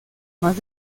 más